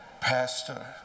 Pastor